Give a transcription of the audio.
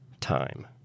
time